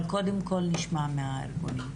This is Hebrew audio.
אבל קודם כל נשמע מהארגונים.